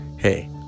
Hey